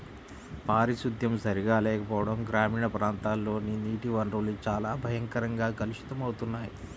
పారిశుద్ధ్యం సరిగా లేకపోవడం గ్రామీణ ప్రాంతాల్లోని నీటి వనరులు చాలా భయంకరంగా కలుషితమవుతున్నాయి